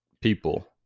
people